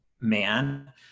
man